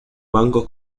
bancos